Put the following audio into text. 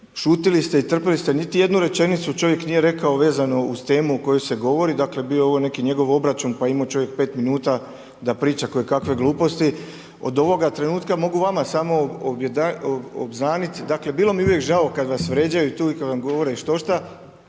šutili ste i trpili ste, niti jednu rečenicu čovjek nije rekao vezano uz temu o kojoj se govori, dakle bio je ovo neki njegov obračun pa je imao čovjek 5 minuta da priča kojekakve gluposti. Od ovoga trenutka mogu vama samo obznaniti, dakle, bilo mi je uvijek žao kad vas vrijeđaju i kad vam govore štošta,